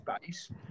base